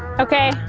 okay,